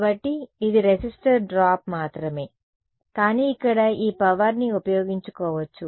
కాబట్టి ఇది resistor drop మాత్రమే కానీ ఇక్కడ ఈ పవర్ని ఉపయోగించుకోవచ్చు